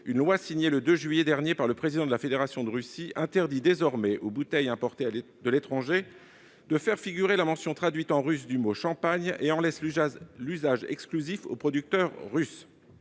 une loi signée le 2 juillet dernier par le président de la Fédération de Russie interdit désormais aux bouteilles importées de l'étranger de faire figurer la mention traduite en russe du mot « champagne » et en laisse l'usage exclusif aux producteurs russes,